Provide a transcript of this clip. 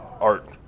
art